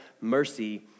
mercy